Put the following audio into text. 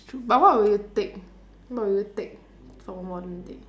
but what would you take what would you take from modern day